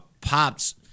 pops